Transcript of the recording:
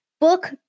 book